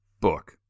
book